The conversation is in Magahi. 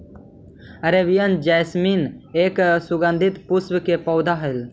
अरेबियन जैस्मीन एक सुगंधित पुष्प के पौधा हई